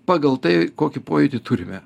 pagal tai kokį pojūtį turime